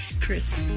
Chris